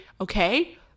okay